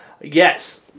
Yes